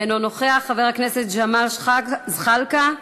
אינו נוכח, ג'מאל זחאלקה,